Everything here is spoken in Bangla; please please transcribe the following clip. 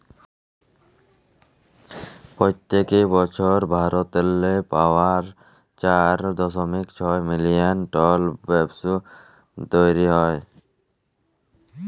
পইত্তেক বসর ভারতেল্লে পারায় চার দশমিক ছয় মিলিয়ল টল ব্যাম্বু তৈরি হ্যয়